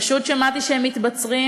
פשוט שמעתי שהם מתבצרים